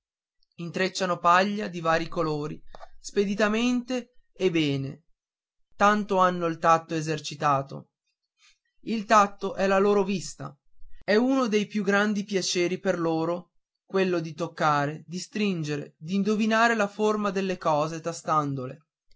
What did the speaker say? intrecciando paglia di vari colori speditamente e bene tanto hanno il tatto esercitato il tatto è la loro vista è uno dei più grandi piaceri per loro quello di toccare di stringere d'indovinare la forma delle cose tastandole